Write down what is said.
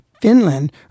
Finland